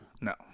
No